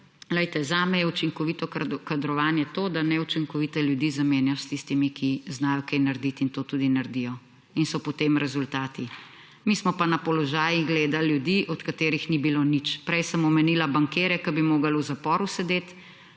zame je učinkovito kadrovanje to, da neučinkovite ljudi zamenjaš s tistimi, ki znajo kaj naredit in to tudi naredijo in so potem rezultati. Mi smo pa na položajih gledali ljudi, od katerih ni bilo nič. Prej sem omenila bankirje, ki bi morali v zaporu sedet,